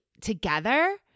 together